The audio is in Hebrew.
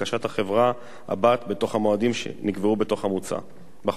החברה הבת בתוך המועדים שנקבעו בחוק המוצע.